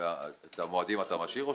את המועדים אתה משאיר,